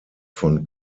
von